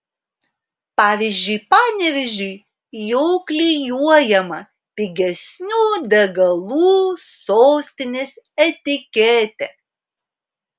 pavyzdžiui panevėžiui jau klijuojama pigesnių degalų sostinės etiketė